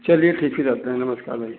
चलिए ठीक है रखते हैं नमस्कार भाई